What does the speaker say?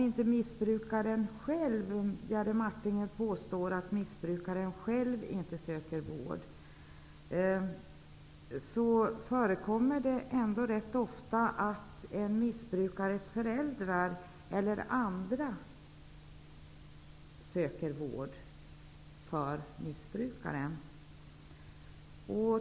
Jerry Martinger påstår att missbrukaren själv inte söker vård, men det förekommer ändå rätt ofta att en missbrukares föräldrar eller andra söker vård åt missbrukaren.